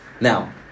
Now